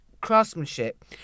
craftsmanship